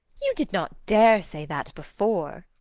you did not dare say that before.